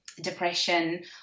depression